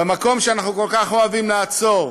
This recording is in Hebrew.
במקום שאנחנו כל כך אוהבים לעצור,